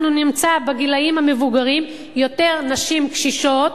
אנחנו נמצא בקרב הגילאים המבוגרים יותר נשים קשישות,